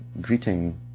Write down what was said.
greeting